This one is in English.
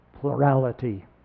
Plurality